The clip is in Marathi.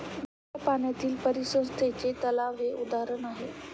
गोड्या पाण्यातील परिसंस्थेचे तलाव हे उदाहरण आहे